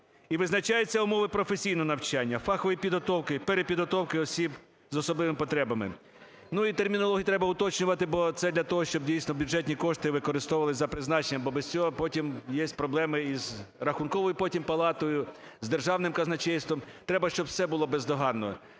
І визначаються умови професійного навчання, фахової підготовки, перепідготовки осіб з особливими потребами. Ну, і термінологію треба уточнювати, бо це для того, щоб дійсно бюджетні кошти використовувалися за призначенням, бо без цього потім єсть проблеми із Рахунковою потім палатою, з Державним казначейством, треба, щоб все було бездоганно.